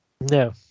No